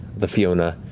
the fiona,